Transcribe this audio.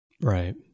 Right